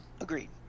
Agreed